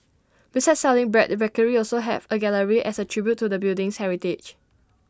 besides selling bread the bakery will also have A gallery as A tribute to the building's heritage